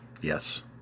Yes